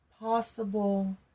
possible